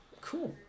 cool